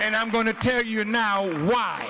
and i'm going to tell you now why